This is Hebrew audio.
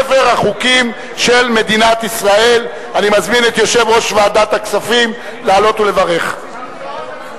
הצעת חוק התקציב לשנות הכספים 2012 ו-2011,